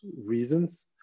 reasons